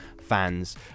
fans